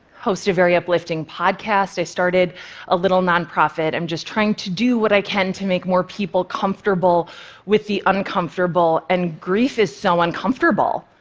host a very uplifting podcast, i started a little nonprofit. i'm just trying to do what i can to make more people comfortable with the uncomfortable, and grief is so uncomfortable.